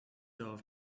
off